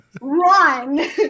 run